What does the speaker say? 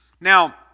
Now